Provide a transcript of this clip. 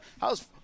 How's